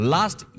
Last